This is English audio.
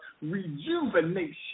rejuvenation